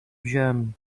wziąłem